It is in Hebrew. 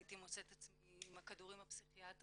הייתי מוצאת את עצמי עם הכדורים הפסיכיאטריים